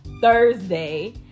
Thursday